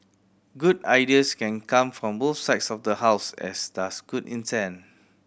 good ideas can come from both sides of the House as does good intent